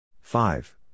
Five